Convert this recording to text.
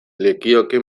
lekioke